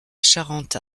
charente